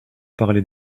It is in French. parler